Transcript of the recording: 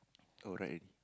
oh write already